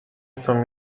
chcą